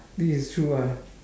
this is true ah